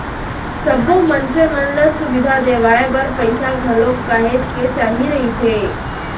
सब्बो मनसे मन ल सुबिधा देवाय बर पइसा घलोक काहेच के चाही रहिथे